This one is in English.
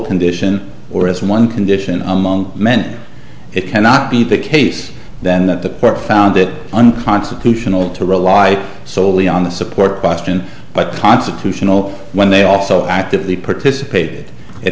condition or as one condition among many it cannot be the case then that the court found it unconstitutional to rely solely on the support question but constitutional when they also actively participate it